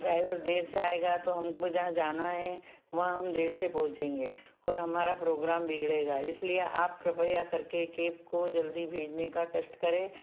driver देर से आएगा तो हमको जहाँ जाना है वहाँ हम देर से पहुँचेंगे और हमारा प्रोग्राम बिगड़ेगा इसलिए आप कृपया करके केप को जल्दी भेजने का कष्ट करें